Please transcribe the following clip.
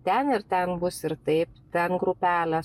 ten ir ten bus ir taip ten grupelė